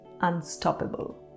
unstoppable